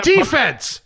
Defense